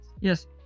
Yes